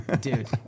Dude